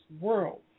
world